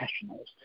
professionals